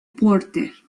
porter